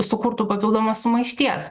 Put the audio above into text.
sukurtų papildomos sumaišties